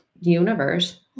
universe